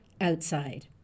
Outside